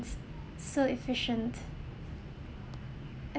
so efficient